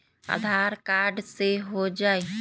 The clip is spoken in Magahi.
आधार कार्ड से हो जाइ?